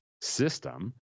system